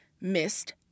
missed